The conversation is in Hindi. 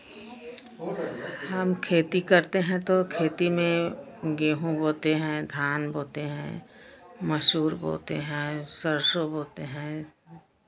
हम खेती करते हैं तो खेती में गेहूँ बोते हैं धान बोते हैं मसूर बोते हैं सरसों बोते हैं